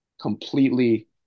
completely